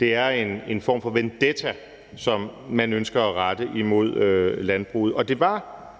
Det er en form for vendetta, som man ønsker at rette imod landbruget,